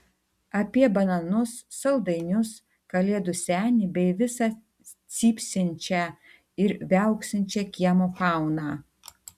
apie bananus saldainius kalėdų senį bei visą cypsinčią ar viauksinčią kiemo fauną